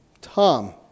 Tom